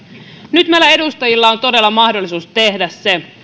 nyt meillä edustajilla on todella mahdollisuus tehdä se